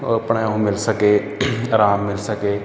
ਆਪਣਾ ਉਹ ਮਿਲ ਸਕੇ ਆਰਾਮ ਮਿਲ ਸਕੇ